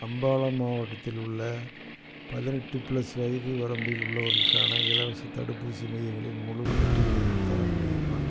அம்பாலா மாவட்டத்தில் உள்ள பதினெட்டு ப்ளஸ் வயது வரம்பில் உள்ளவர்களுக்கான இலவசத் தடுப்பூசி மையங்களின் முழுப்பட்டியலையும் தர முடியுமா